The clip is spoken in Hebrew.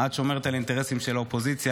את שומרת על האינטרסים של האופוזיציה,